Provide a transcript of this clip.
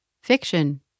Fiction